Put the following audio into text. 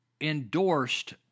endorsed